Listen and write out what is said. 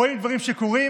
רואים דברים שקורים.